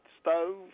stove